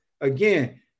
again